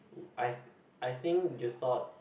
I I think you thought